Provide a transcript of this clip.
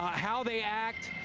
how they act,